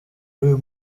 n’uyu